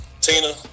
Tina